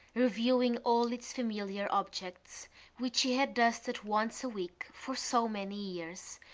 reviewing all its familiar objects which she had dusted once a week for so many years,